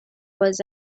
was